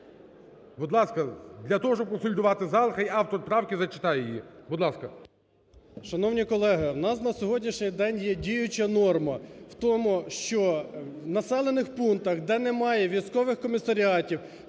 Будь ласка, для того, щоб консолідувати зал хай автор правки зачитає її. Будь ласка. 17:19:44 ПАСТУХ Т.Т. Шановні колеги, у нас на сьогоднішній день є діюча норма в тому, що в населених пунктах, де немає військових комісаріатів,